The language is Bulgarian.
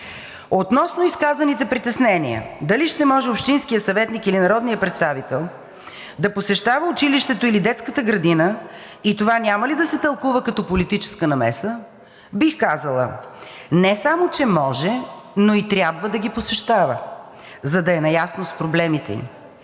Относно изказаните притеснения дали ще може общинският съветник или народният представител да посещава училището или детската градина, и това няма ли да се тълкува като политическа намеса, бих казала, не само че може, но и трябва да ги посещава, за да е наясно с проблемите им.